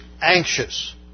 anxious